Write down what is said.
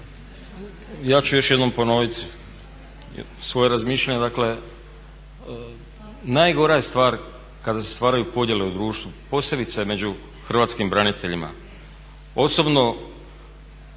ja ću još jednom ponoviti svoje razmišljanje. Dakle najgora je stvar kada se stvaraju podjele u društvu, posebice među hrvatskim braniteljima.